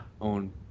own